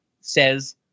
says